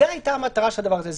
זו הייתה המטרה של הדבר הזה.